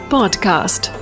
Podcast